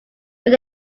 when